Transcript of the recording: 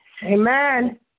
Amen